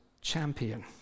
champion